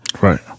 Right